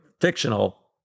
fictional